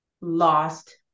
lost